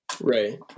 right